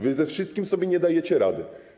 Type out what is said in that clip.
Wy ze wszystkim sobie nie dajecie rady.